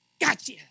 Gotcha